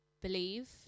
believe